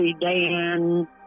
Dan